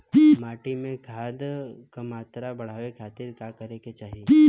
माटी में खाद क मात्रा बढ़ावे खातिर का करे के चाहीं?